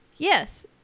Yes